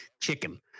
chicken